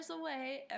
away